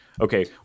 okay